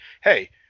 hey